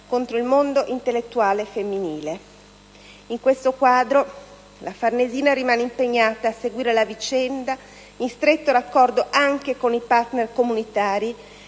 contro il mondo intellettuale femminile. In questo quadro, la Farnesina rimane impegnata a seguire la vicenda in stretto raccordo con i partner comunitari,